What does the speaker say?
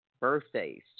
birthdays